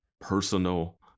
personal